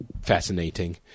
fascinating